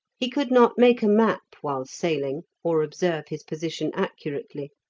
he could not make a map while sailing, or observe his position accurately,